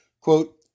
Quote